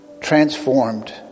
transformed